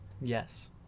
Yes